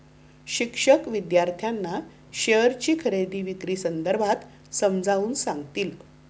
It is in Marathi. शिक्षक विद्यार्थ्यांना शेअरची खरेदी विक्री संदर्भात समजावून सांगतील